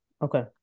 Okay